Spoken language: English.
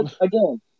again